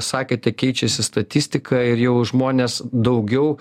sakėte keičiasi statistika ir jau žmonės daugiau